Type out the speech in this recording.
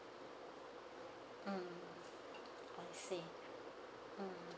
mm I see mm